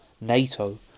NATO